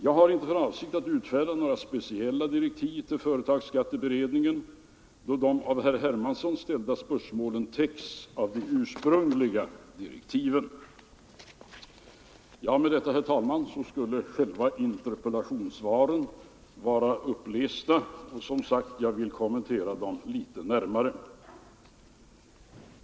Jag har inte för avsikt att utfärda några speciella direktiv till företagsskatteberedningen då de av herr Hermansson ställda spörsmålen täcks av de ursprungliga direktiven. Med detta, herr talman, skulle själva interpellationssvaren vara upplästa, och jag vill som sagt kommentera dem litet närmare.